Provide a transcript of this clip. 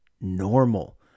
normal